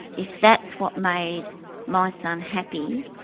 if that's what made my son happy,